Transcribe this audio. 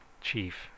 chief